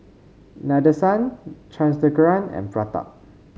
Nadesan Chandrasekaran and Pratap